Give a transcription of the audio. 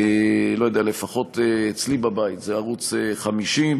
לא יודע, לפחות אצלי בבית זה ערוץ 50,